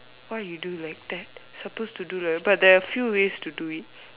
why you do like that suppose to do like but there are a few ways to do it